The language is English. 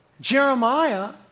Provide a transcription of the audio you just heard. Jeremiah